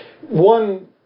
One